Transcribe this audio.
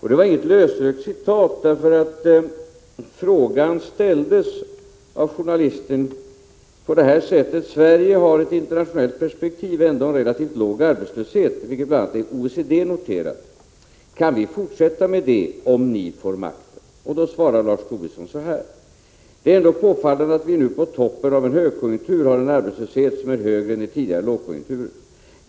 Det var inte heller något lösryckt citat. Journalisten sade följande: ”Sverige har i ett internationellt perspektiv ändå en relativt låg arbetslöshet, vilket bl.a. OECD noterat. Kan vi fortsätta med det om ni får makten?” Lars Tobisson svarade: ”Det är ändå påfallande att vi nu på toppen av en högkonjunktur har en arbetslöshet som är högre än i tidigare lågkonjunkturer.